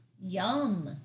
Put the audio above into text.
Yum